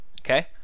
Okay